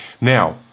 Now